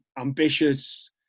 ambitious